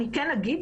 אני כן אגיד,